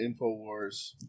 Infowars